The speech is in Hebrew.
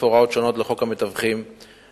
אנחנו עוברים להצעת חוק המתווכים במקרקעין (תיקון מס' 7)